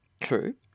True